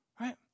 right